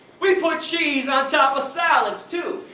we put cheese on top of salads, too.